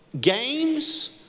games